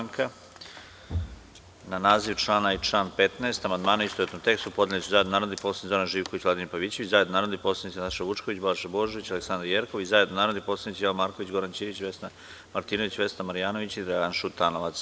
Na naziv člana i član 15. amandmane u istovetnom tekstu, podneli su zajedno narodni poslanici Zoran Živković i Vladimir Pavićević i zajedno narodni poslanici Nataša Vučković, Balša Božović i mr Aleksandra Jerkov i zajedno narodni poslanici Jovan Marković, Goran Ćirić, Vesna Martinović, Vesna Marjanović i Dragan Šutanovac.